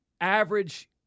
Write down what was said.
average